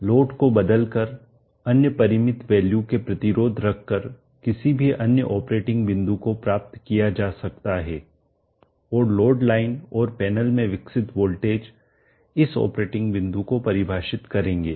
load को बदलकर अन्य परिमित वैल्यू के प्रतिरोध रखकर किसी भी अन्य ऑपरेटिंग बिंदु को प्राप्त किया जा सकता है और लोड लाइन और पैनल में विकसित वोल्टेज इस ऑपरेटिंग बिंदु को परिभाषित करेंगे